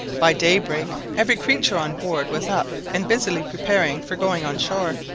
by daybreak every creature on board was up and busily preparing for going on shore.